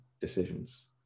decisions